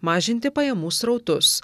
mažinti pajamų srautus